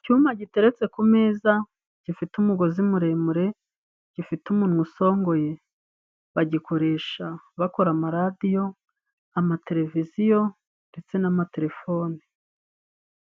Icyuma giteretse ku meza gifite umugozi muremure ,gifite umunwa usongoye bagikoresha bakora amaradiyo, amateleviziyo ndetse n'amatelefone.